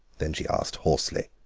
then she asked hoarsely